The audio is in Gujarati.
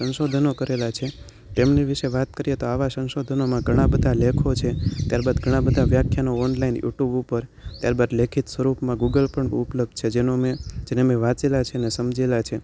સંશોધનો કરેલા છે તેમની વિશે વાત કરીએ તો આવા સંશોધનોમાં ઘણા બધા લેખો છે ત્યારબાદ ઘણા બધા વ્યાખ્યાનો ઓનલાઈન યુટ્યુબ ઉપર ત્યારબાદ લેખિત સ્વરૂપમાં ગૂગલ પણ ઉપલબ્ધ છે જેનો મેં જેને મેં વાંચેલા છે અને સમજેલા છે